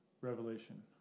revelation